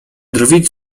drwić